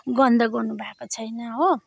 गन्दा गर्नुभएको छैन हो